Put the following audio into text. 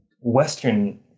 Western